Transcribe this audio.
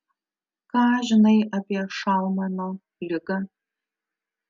ką žinai apie šaumano ligą